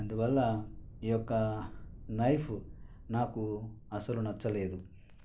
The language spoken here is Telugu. అందువల్ల ఈ యొక్క నైఫ్ నాకు అస్సలు నచ్చలేదు